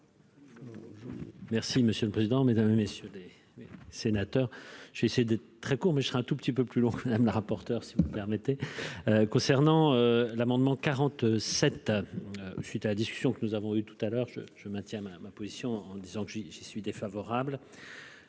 Merci monsieur le président, Mesdames et messieurs les sénateurs, j'ai essayé de très court mais je serai un tout petit peu plus loin, madame la rapporteure, si vous permettez, concernant l'amendement 40 7 suite à la discussion que nous avons eu tout à l'heure je : je maintiens ma position en disant que j'y j'y suis défavorable